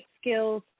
skills